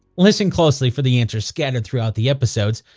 listen closely for the answers scattered throughout the episode.